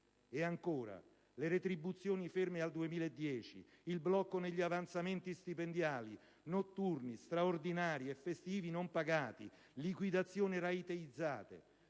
oltre alle retribuzioni ferme al 2010, al blocco negli avanzamenti stipendiali, ai notturni, straordinari e festivi non pagati e alle liquidazioni rateizzate;